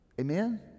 Amen